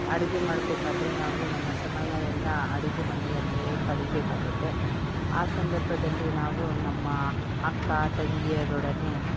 ಅಡುಗೆ ಮಾಡ್ಬೇಕಾದರೆ ನಾವು ನಮ್ಮ ಸಮಯ ಎಲ್ಲ ಅಡುಗೆ ಮನೆಯಲ್ಲೇ ಕಳೆಬೇಕಾಗುತ್ತೆ ಆ ಸಂದರ್ಭದಲ್ಲಿ ನಾವು ನಮ್ಮ ಅಕ್ಕ ತಂಗಿಯರೊಡನೆ